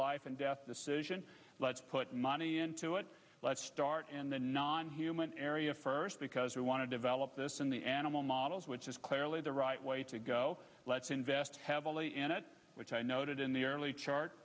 life and death decision put money into it start and then non human area first because we want to develop this in the animal models which is clearly the right way to go let's invest heavily in it which i noted in the early chart